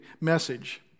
message